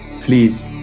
please